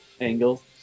angle